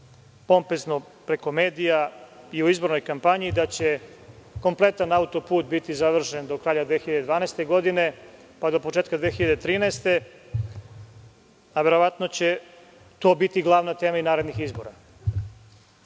pompezno preko medija i u izbornoj kampanji da će kompletan autoput biti završen do kraja 2012. godine, pa do početka 2013. godine, a verovatno će to biti glavna tema i narednih izbora.Za